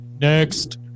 next